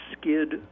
Skid